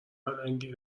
پلنگی